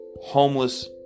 homeless